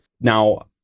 Now